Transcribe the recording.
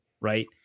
right